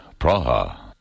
Praha